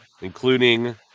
including